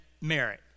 merit